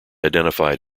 identified